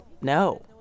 no